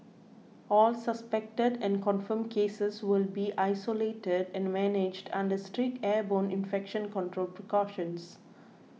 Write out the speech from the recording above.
all suspected and confirmed cases will be isolated and managed under strict airborne infection control precautions